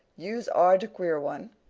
yous are de queer one.